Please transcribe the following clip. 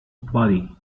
body